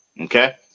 okay